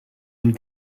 and